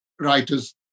writers